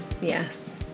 Yes